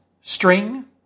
String